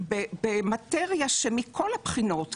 במטריה שמכל הבחינות,